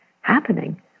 happening